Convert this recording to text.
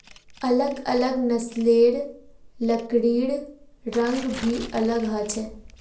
अलग अलग नस्लेर लकड़िर रंग भी अलग ह छे